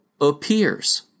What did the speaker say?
appears